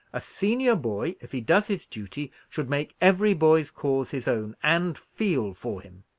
a senior boy, if he does his duty, should make every boy's cause his own, and feel for him.